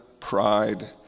pride